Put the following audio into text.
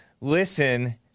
listen